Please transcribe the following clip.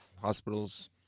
Hospitals